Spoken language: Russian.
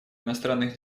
иностранных